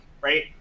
right